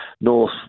north